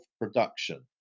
production